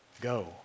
go